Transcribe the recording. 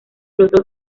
hermanos